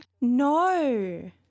No